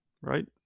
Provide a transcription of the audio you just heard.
right